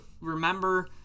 remember